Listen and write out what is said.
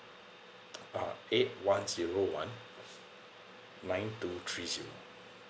uh eight one zero one nine two three zero